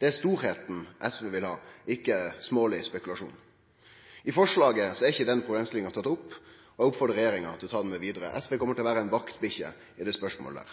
Det er stordom SV vil ha, ikkje småleg spekulasjon. I representantforslaget er ikkje den problemstillinga tatt opp, og eg oppfordrar regjeringa til å ta det med vidare. SV kjem til å vere ei vaktbikkje i det spørsmålet.